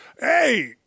Hey